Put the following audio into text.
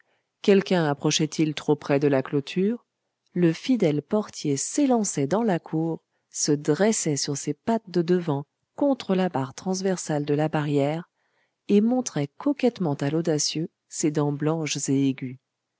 quelqu'un approchait il trop près de la clôture le fidèle portier s'élançait dans la cour se dressait sur ses pattes de devant contre la barre transversale de la barrière et montrait coquettement à l'audacieux ses dents blanches et aiguës